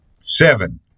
Seven